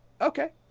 okay